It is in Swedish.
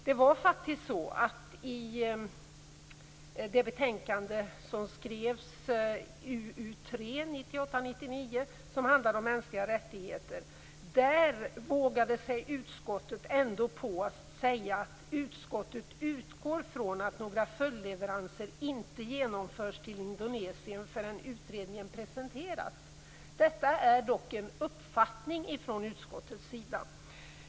Det var faktiskt så att i det betänkande som skrevs, 1998/99:UU3, som handlade om mänskliga rättigheter, vågade sig utskottet ändå på att säga att utskottet utgår från att några följdleveranser inte genomförs till Indonesien förrän utredningen presenterats. Detta är dock en uppfattning från utskottets sida.